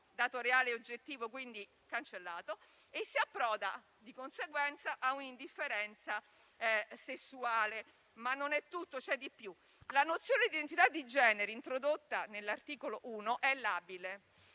dato reale oggettivo è quindi cancellato e si approda, di conseguenza, a un'indifferenza sessuale. Ma non è tutto, c'è di più: la nozione di identità di genere, introdotta dall'articolo 1, è labile,